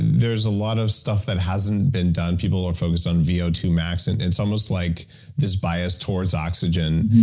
there's a lot of stuff that hasn't been done. people are focused on v o two max. and it's almost like this bias towards oxygen,